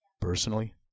personally